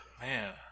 Man